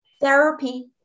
therapy